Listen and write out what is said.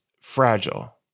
fragile